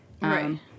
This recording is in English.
Right